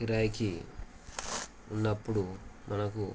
కిరాయికి ఉన్నప్పుడు మనకు